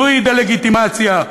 זוהי דה-לגיטימציה,